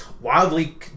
wildly